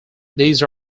these